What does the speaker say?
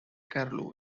carlo